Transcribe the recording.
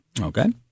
Okay